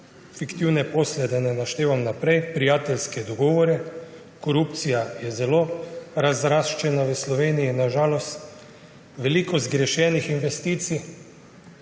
fiktivne posle, da ne naštevam naprej, prijateljski dogovori, korupcija je zelo razraščena v Sloveniji, na žalost, veliko zgrešenih investicij